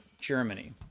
Germany